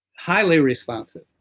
highly responsive.